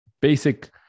basic